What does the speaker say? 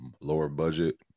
lower-budget